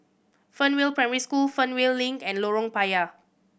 Fernvale Primary School Fernvale Link and Lorong Payah